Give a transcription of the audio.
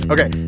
Okay